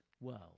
world